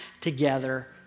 together